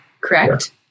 correct